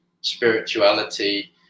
spirituality